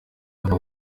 hano